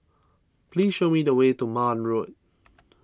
please show me the way to Marne Road